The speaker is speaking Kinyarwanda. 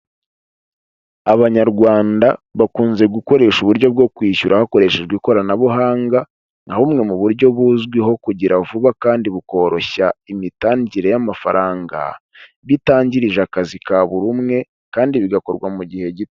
Abanyarwanda bakunze gukoresha uburyo bwo kwishyura hakoreshejwe ikoranabuhanga, nka bumwe mu buryo buzwiho kugira vuba kandi bukoroshya imitangire y'amafaranga, bitangirije akazi ka buri umwe kandi bigakorwa mu gihe gito.